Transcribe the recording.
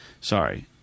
Sorry